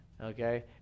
okay